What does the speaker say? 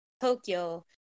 Tokyo